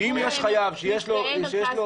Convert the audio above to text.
אם יש חייב שיש לו